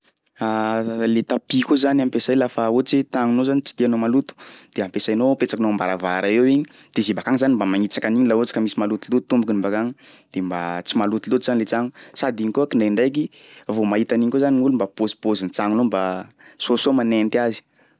Le tapis koa zany ampiasay lafa ohatsy hoe tagnanao zany tsy tianao maloto de ampiasainao, apetsakinao am-baravara eo igny de zay baka agny zany mba manitsaka an'igny laha ohatsy ka misy malotoloto tombokiny baka agny de mba tsy malotoloto zany le tsagno sady iny koa kindraindraiky vao mahita an'igny koa zany ny olo mba pôzipôzin'tsagnonao mba soasoa manenty azy.